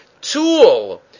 tool